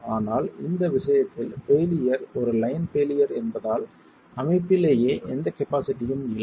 ஆனால் இந்த விஷயத்தில் பெயிலியர் ஒரு லைன் பெயிலியர் என்பதால் அமைப்பிலேயே எந்த கபாஸிட்டியும் இல்லை